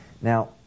Now